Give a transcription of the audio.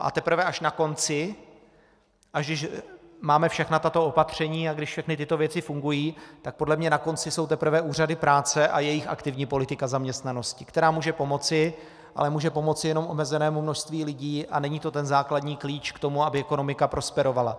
A teprve až na konci, až když máme všechna tato opatření a když všechny tyto věci fungují, tak podle mne na konci jsou teprve úřady práce a jejich aktivní politika zaměstnanosti, která může pomoci, ale může pomoci jenom omezenému množství lidí a není to ten základní klíč k tomu, aby ekonomika prosperovala.